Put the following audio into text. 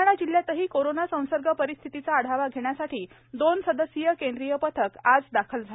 ब्लढाणा जिल्हयातही कोरोना संसर्ग परिस्थितीचा आढावा घेण्यासाठी दोन सदस्यीय केंद्रीय पथक आज दाखल झाले